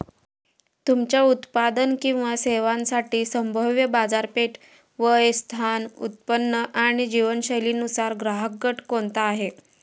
तुमच्या उत्पादन किंवा सेवांसाठी संभाव्य बाजारपेठ, वय, स्थान, उत्पन्न आणि जीवनशैलीनुसार ग्राहकगट कोणता आहे?